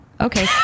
Okay